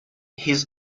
his